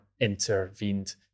intervened